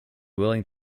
willing